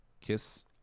Kiss